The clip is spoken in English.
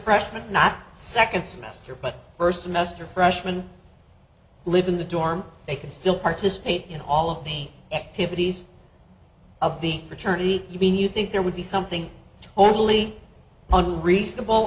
freshman not second semester but first semester freshman live in the dorm they can still participate in all of the activities of the fraternity you mean you think there would be something totally unreasonable